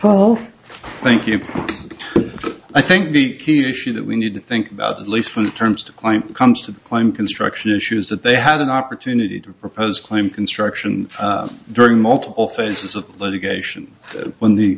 paul thank you but i think the key issue that we need to think about at least two terms to client comes to climb construction issues that they had an opportunity to propose claim construction during multiple phases of litigation when the